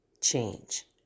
change